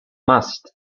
must